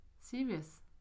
serious